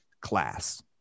class